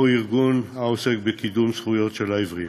או ארגון העוסק בקידום זכויות של עיוורים.